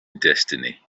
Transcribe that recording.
destiny